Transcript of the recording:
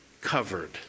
covered